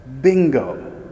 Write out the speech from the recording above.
Bingo